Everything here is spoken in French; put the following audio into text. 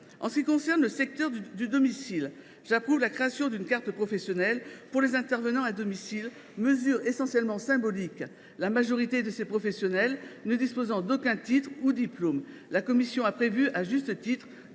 En ce qui concerne le secteur du domicile, j’approuve la création d’une carte professionnelle pour les intervenants à domicile, une mesure cependant essentiellement symbolique. La majorité de ces professionnels ne disposant d’aucun titre ou diplôme, la commission a prévu, à juste titre,